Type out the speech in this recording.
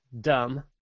dumb